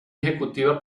ejecutiva